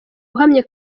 uhamye